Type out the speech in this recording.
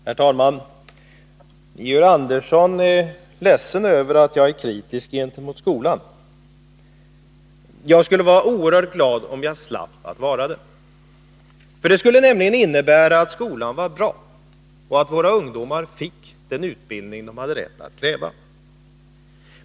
Herr talman! Georg Andersson är ledsen över att jag är kritisk mot skolan. Jag skulle vara oerhört glad, om jag slapp att vara det. Det skulle nämligen innebära att skolan var bra och att våra ungdomar fick den utbildning som de har rätt att kräva.